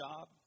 job